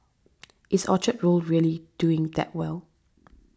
is Orchard Road really doing that well